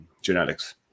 genetics